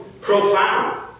Profound